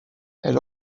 elle